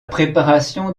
préparation